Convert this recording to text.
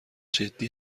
جدی